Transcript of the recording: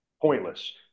pointless